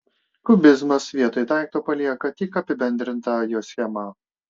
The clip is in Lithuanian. kubizmas vietoj daikto palieka tik apibendrintą jo schemą